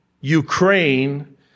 Ukraine